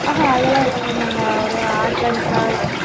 ஆஹா அதெல்லாம் இல்லை மேம் நாங்கள் ஒரு ஆர்கானிக்காதான்